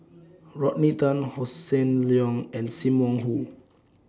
Rodney Tan Hossan Leong and SIM Wong Hoo